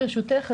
ברשותך,